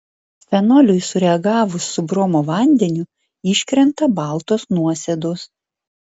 fenoliui sureagavus su bromo vandeniu iškrenta baltos nuosėdos